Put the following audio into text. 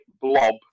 blob